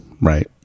Right